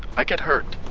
i get hurt.